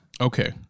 Okay